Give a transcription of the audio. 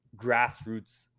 grassroots